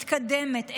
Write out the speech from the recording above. מתקדמת,